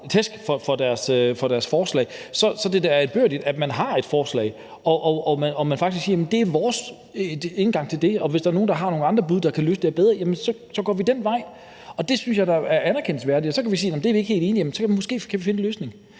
for deres forslag, er agtværdigt, at man har et forslag, og at man faktisk siger, at jamen det er vores indgang til det. Og hvis der er nogle, der har nogle andre bud, der kan løse det her bedre, så går vi den vej. Det synes jeg da er anerkendelsesværdigt. Og så kan vi sige, at det er vi ikke helt enige i, men måske kan vi finde en løsning.